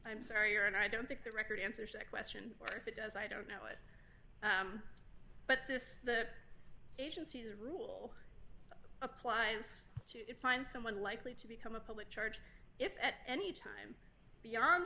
i'm sorry your honor i don't think the record answers a question or if it does i don't know it but this the agency's rule applies to find someone likely to become a public charge if at any time beyond